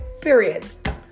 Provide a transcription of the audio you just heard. Period